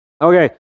Okay